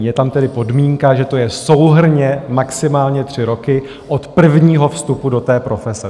Je tam tedy podmínka, že to je souhrnně maximálně tři roky od prvního vstupu do té profese.